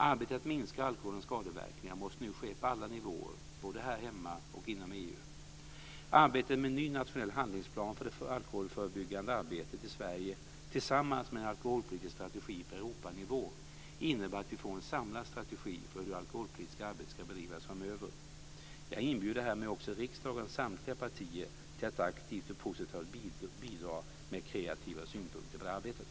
Arbetet med att minska alkoholens skadeverkningar måste nu ske på alla nivåer, både här hemma i Sverige och inom EU. Arbetet med en ny nationell handlingsplan för det alkoholförebyggande arbetet i Sverige tillsammans med en alkoholpolitisk strategi på Europanivå innebär att vi får en samlad strategi för hur det alkoholpolitiska arbetet ska bedrivas framöver. Jag inbjuder härmed också riksdagens samtliga partier till att aktivt och positivt bidra med kreativa synpunkter på det här arbetet.